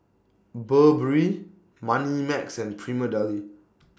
Burberry Moneymax and Prima Deli